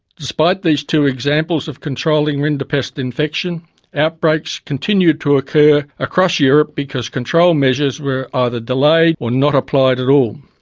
despite these two examples of controlling rinderpest infection outbreaks continued to occur across europe because control measures were either delayed or not applied at all.